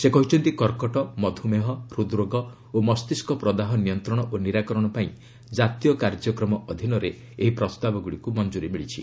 ସେ କହିଛନ୍ତି କର୍କଟ ମଧୁମେହ ହୃଦ୍ରୋଗ ଓ ମସ୍ତିଷ୍କ ପ୍ରଦାହ ନିୟନ୍ତ୍ରଣ ଓ ନିରାକରଣ ପାଇଁ କାର୍ଯ୍ୟକ୍ରମ ଅଧୀନରେ ଏହି ପ୍ରସ୍ତାବଗୁଡ଼ିକୁ ମଞ୍ଜୁରୀ ମିଳିଛି